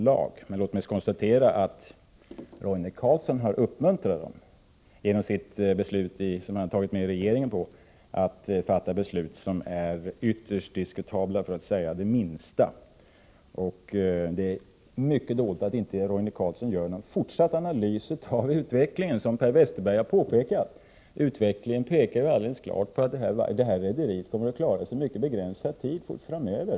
Låt mig dock konstatera att Roine Carlsson har, genom beslut i regeringen, uppmuntrat riksgäldsfullmäktige att fatta beslut som minst sagt är ytterst diskutabla. Det är mycket dåligt att Roine Carlsson inte gör någon fortsatt analys av utvecklingen, som Per Westerberg har påpekat. Utvecklingen pekar helt klart mot att detta rederi kommer att klara sig endast en mycket begränsad tid framöver.